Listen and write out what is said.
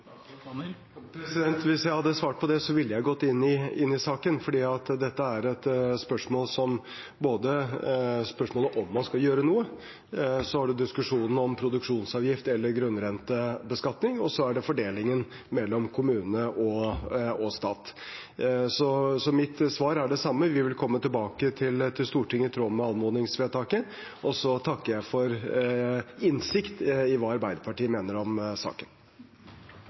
Hvis jeg hadde svart på det, ville jeg gått inn i saken. For her er det både spørsmålet om man skal gjøre noe, og så har man diskusjonen om produksjonsavgift eller grunnrentebeskatning, og så er det fordelingen mellom kommune og stat. Så mitt svar er det samme: Vi vil komme tilbake til Stortinget i tråd med anmodningsvedtaket, og så takker jeg for innsikt i hva Arbeiderpartiet mener om saken.